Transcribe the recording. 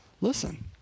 listen